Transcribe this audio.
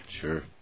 Sure